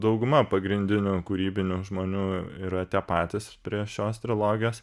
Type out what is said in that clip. dauguma pagrindinių kūrybinių žmonių yra tie patys prie šios trilogijos